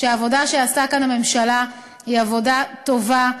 שהעבודה שעשתה כאן הממשלה היא עבודה טובה.